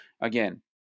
Again